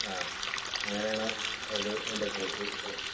ആ അങ്ങനെയാണ് അത് അതിൻ്റെ പോക്ക്